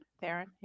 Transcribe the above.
Theron